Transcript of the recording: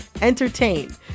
entertain